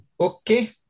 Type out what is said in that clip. Okay